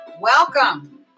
Welcome